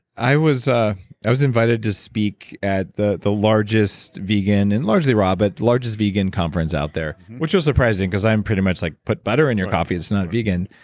i was ah i was invited to speak at the the largest vegan and largely raw, but largest vegan conference out there, there, which was surprising, cause i'm pretty much like put butter in your coffee, it's not vegan.